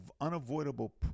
unavoidable